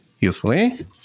usefully